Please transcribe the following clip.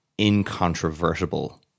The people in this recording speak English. incontrovertible